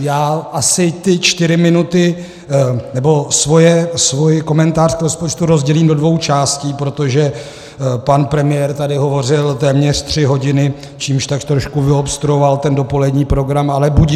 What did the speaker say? Já asi ty čtyři minuty, nebo svůj komentář k rozpočtu, rozdělím do dvou částí, protože pan premiér tady hovořil téměř tři hodiny, čímž tak trošku vyobstruoval ten dopolední program, ale budiž.